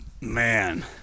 Man